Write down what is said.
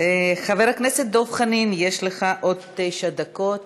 חבר הכנסת דב חנין, יש לך עוד תשע דקות